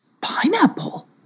pineapple